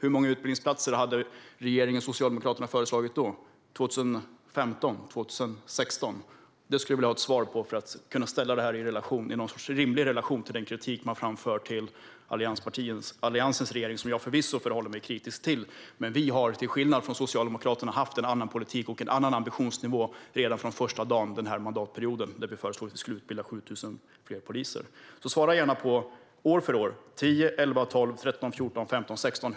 Hur många utbildningsplatser hade regeringen och Socialdemokraterna föreslagit då? Hur såg det ut 2015 och 2016? Det skulle jag vilja ha ett svar på för att kunna sätta det här i någon sorts rimlig relation till den kritik ni framför mot Alliansens regering. Också jag förhåller mig förvisso kritisk till den. Men vi har till skillnad från Socialdemokraterna haft en annan politik och en annan ambitionsnivå redan från första dagen denna mandatperiod, då vi föreslog att man skulle utbilda 7 000 fler poliser. Svara gärna på hur det såg ut, år för år, 2010, 11, 12, 13, 14, 15 och 16.